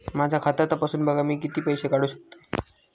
माझा खाता तपासून बघा मी किती पैशे काढू शकतय?